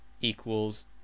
equals